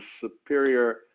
superior